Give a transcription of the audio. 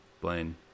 Blaine